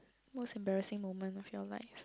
most embarrassing moment of your life